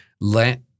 let